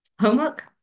homework